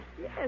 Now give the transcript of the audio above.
Yes